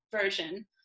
version